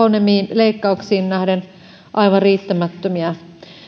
leikkauksiin nähden aivan riittämättömiä